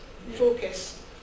focus